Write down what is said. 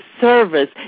service